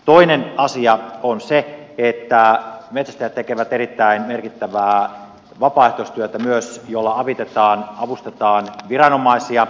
toinen asia on se että metsästäjät tekevät myös erittäin merkittävää vapaaehtoistyötä jolla avustetaan viranomaisia